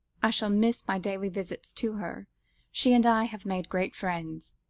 i shall miss my daily visits to her she and i have made great friends.